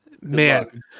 man